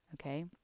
okay